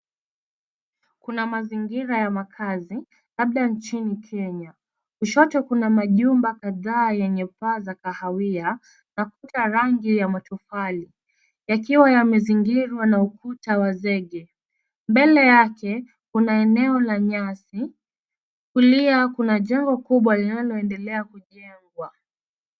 "Kuna mazingira ya makazi, labda nchini Kenya, kushoto kuna majumba kadhaa yenye paa za kahawia na kuta rangi ya matofali. Yakiwa yamezingirwa na ukuta wa zege. Mbele yake kuna eneo la nyasi, kulia kuna jengo kubwa linaloendelea kujengwa."